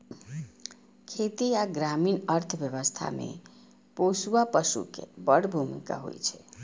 खेती आ ग्रामीण अर्थव्यवस्था मे पोसुआ पशु के बड़ भूमिका होइ छै